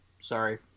sorry